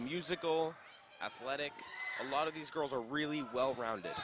musical athletic a lot of these girls are really well grounded